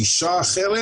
גישה אחרת.